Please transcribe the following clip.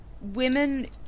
women